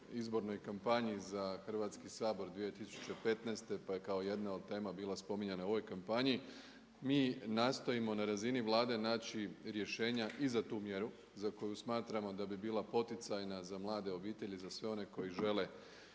izbornoj kampanji za Hrvatski sabor 2015. pa je kao jedna od tema bila spominjana u ovoj kampanji. Mi nastojimo na razini Vlade naći rješenja i za tu mjeru za koju smatramo da bi bila poticajna za mlade obitelji, za sve one koji žele